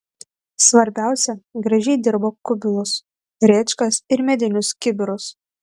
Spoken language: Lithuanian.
svarbiausia gražiai dirba kubilus rėčkas ir medinius kibirus